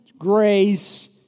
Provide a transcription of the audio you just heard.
grace